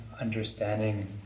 Understanding